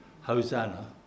Hosanna